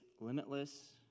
limitless